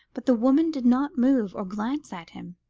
but the woman did not move or glance at him.